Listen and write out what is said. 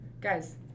Guys